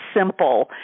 simple